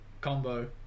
combo